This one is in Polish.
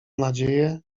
nadzieję